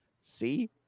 see